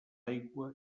aigua